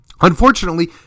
Unfortunately